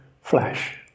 flash